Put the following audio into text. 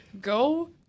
go